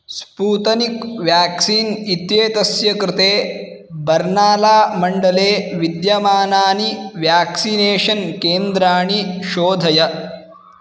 Sputnik vaccine इत्येतस्य कृते बर्नालामण्डले विद्यमानानि व्याक्सिनेषन् केन्द्राणि शोधय